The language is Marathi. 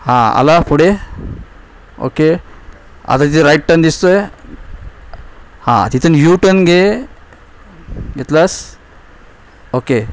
हां आला पुढे ओके आता तिथे राईट टन दिसतो आहे हां तिथून यू टन घे घेतला आहेस ओके